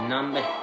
Number